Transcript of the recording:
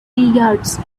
yards